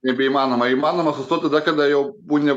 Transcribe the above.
nebeįmanoma įmanoma sustot tada kada jau būni